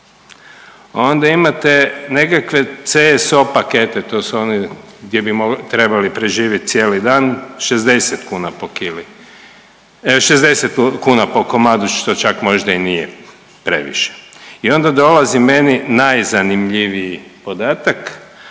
Onda imate nekakve CSO pakete to su oni gdje bi trebali preživjeti cijeli dan 60 kuna po kili, 60 kuna po komadu što čak možda i nije previše. I onda dolazi meni najzanimljiviji podatak,